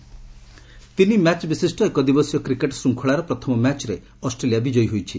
cricket ରେଜଲୁ ତିନି match ବିଶିଷ୍ଟ ଏକ ଦିବସୀୟ କ୍ରିକେଟ ଶୃଙ୍ଖଳାର ପ୍ରଥମ ମ୍ୟାଚରେ ଅଷ୍ଟ୍ରେଲିଆ ବିଜୟୀ ହୋଇଛି